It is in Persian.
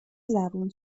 زبون